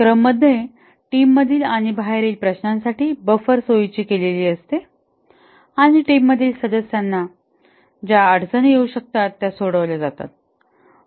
scrum मध्ये team मधील आणि बाहेरील प्रश्नांसाठी बफर सोयीची केली आहे आणि टीम मधील सदस्यांना ज्या अडचणी येऊ शकतात त्या सोडवतात